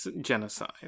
genocide